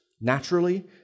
naturally